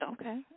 Okay